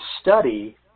study